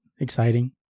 exciting